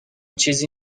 چیزی